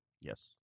Yes